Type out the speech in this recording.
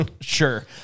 Sure